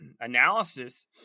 analysis –